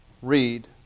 Read